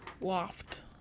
Loft